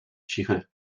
cichy